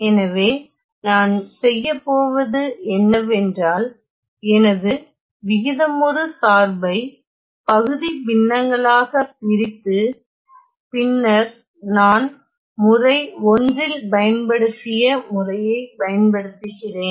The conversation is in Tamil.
எனவே நான் செய்யப்போவது என்னவென்றால் எனது விகிதமுறு சார்பை பகுதி பின்னங்களாக பிரித்து பின்னர் நான் முறை 1 இல் பயன்படுத்திய முறையைப் பயன்படுத்துகிறேன்